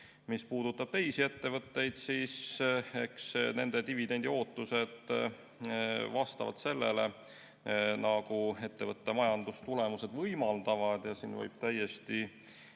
puudutab teisi ettevõtteid, siis eks nende dividendiootused vastavad sellele, mida ettevõtte majandustulemused võimaldavad. Võib täiesti